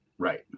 Right